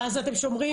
מה זה אתם שומרים,